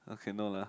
okay no lah